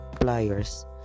pliers